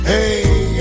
Hey